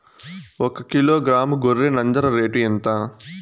ఒకకిలో గ్రాము గొర్రె నంజర రేటు ఎంత?